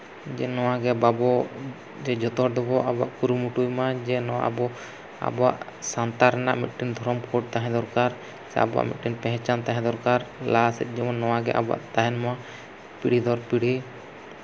ᱡᱮ ᱱᱚᱣᱟᱜᱮ ᱵᱟᱵᱚ ᱡᱮ ᱡᱷᱚᱛᱚ ᱦᱚᱲ ᱛᱮᱵᱚᱱ ᱟᱵᱚᱣᱟᱜ ᱠᱩᱨᱩᱢᱩᱴᱩᱭ ᱢᱟ ᱡᱮ ᱱᱚᱣᱟ ᱟᱵᱚ ᱟᱵᱚᱣᱟᱜ ᱥᱟᱶᱛᱟ ᱨᱮᱭᱟᱜ ᱢᱤᱫᱴᱟᱝ ᱫᱷᱚᱨᱚᱢ ᱠᱳᱰ ᱛᱟᱦᱮᱸ ᱫᱚᱨᱠᱟᱨ ᱥᱮ ᱟᱵᱚᱣᱟᱜ ᱢᱤᱫᱴᱟᱱ ᱯᱮᱦᱪᱟᱱ ᱛᱟᱦᱮᱸ ᱫᱚᱨᱠᱟᱨ ᱞᱟᱦᱟᱥᱮᱫ ᱡᱮᱢᱱᱚ ᱱᱚᱣᱟᱜᱮ ᱟᱵᱚᱣᱟᱜ ᱛᱟᱦᱮᱱ ᱢᱟ ᱯᱤᱲᱦᱤ ᱠᱷᱚᱱ ᱯᱤᱲᱦᱤ